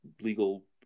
legal